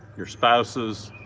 your spouses,